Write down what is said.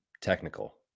technical